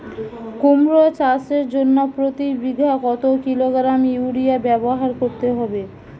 কুমড়ো চাষের জন্য প্রতি বিঘা কত কিলোগ্রাম ইউরিয়া ব্যবহার করতে হবে?